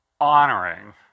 honoring